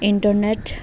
internet